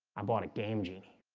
i bought a game. genie